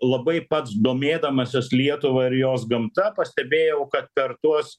labai pats domėdamasis lietuva ir jos gamta pastebėjau kad per tuos